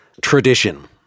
tradition